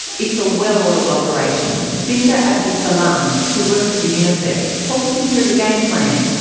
it's a well-oiled operation. binta abdusalam, who works for unicef, talks me through the game plan.